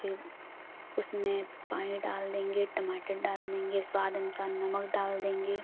फिर उसमें पानी डाल देंगे टमाटर डाल देंगे स्वाद अनुसार नमक डाल देंगे